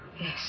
Yes